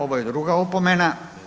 Ovo je druga opomena.